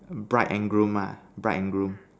bride and groom ah bride and groom